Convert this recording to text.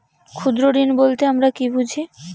ক্ষুদ্র ঋণ বলতে আমরা কি বুঝি?